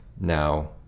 now